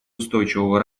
устойчивого